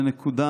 לנקודה